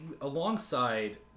alongside